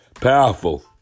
powerful